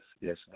yes